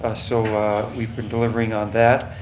ah so we've been delivering on that.